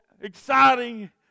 exciting